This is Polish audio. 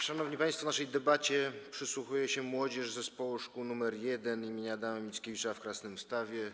Szanowni państwo, naszej debacie przysłuchuje się młodzież z Zespołu Szkół nr 1 im. Adama Mickiewicza w Krasnymstawie.